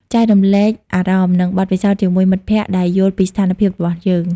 ចែករំលែកអារម្មណ៍ និងបទពិសោធន៍ជាមួយមិត្តភក្តិដែលយល់ពីស្ថានភាពរបស់យើង ។